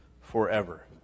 forever